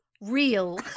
real